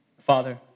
Father